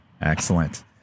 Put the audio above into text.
Excellent